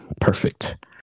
Perfect